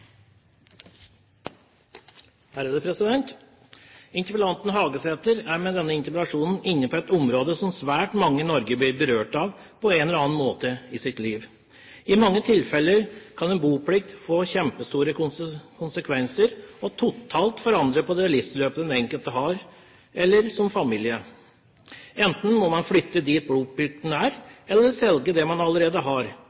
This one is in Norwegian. med denne interpellasjonen inne på et område som svært mange i Norge på en eller annen måte blir berørt av i sitt liv. I mange tilfeller kan en boplikt få kjempestore konsekvenser og totalt forandre på det livsløpet den enkelte eller familien har staket ut. Enten må man flytte dit boplikten er, eller selge det man allerede har,